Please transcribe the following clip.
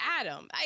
Adam